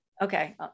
Okay